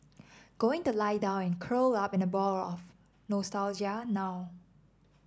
going the lie down and curl up in a ball of nostalgia now